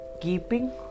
Keeping